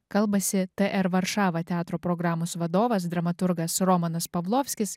kalbasi tr varšava teatro programos vadovas dramaturgas romanas pavlovskis